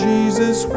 Jesus